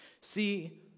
See